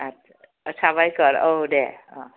आस्सा साबायखर औ दे अ